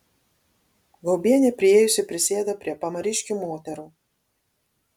gaubienė priėjusi prisėdo prie pamariškių moterų